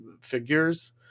figures